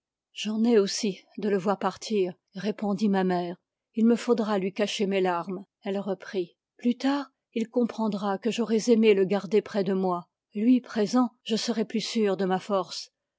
j'en ai aussi de le voir partir répondit ma mère il me faudra lui cacher mes larmes elle reprit plus tard il comprendra que j'aurais aimé le garder près de moi lui présent je serais plus sûre de ma force